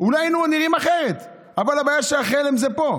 אולי היינו נראים אחרת, אבל הבעיה שחלם זה פה.